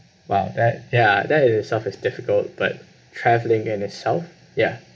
by that ya that in itself is difficult but travelling in itself ya